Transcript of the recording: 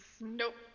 Nope